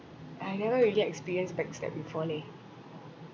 I never really experienced back stab before leh